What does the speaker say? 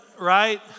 right